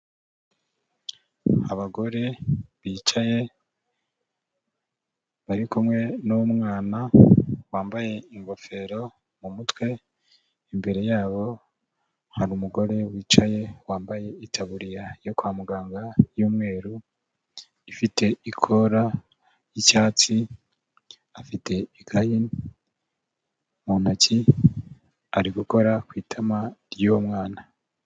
Abagore bicaye, bari kumwe n'umwana wambaye ingofero mu mutwe, imbere yabo hari umugore wicaye wambaye itaburiya yo kwa muganga y'umweru, ifite ikora ry'icyatsi, afite ikayi mu ntoki, ari gukora ku itama ry'uwo mwana.